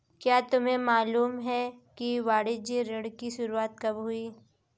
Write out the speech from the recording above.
क्या तुम्हें मालूम है कि वाणिज्य ऋण की शुरुआत कब हुई?